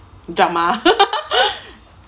drama